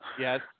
Yes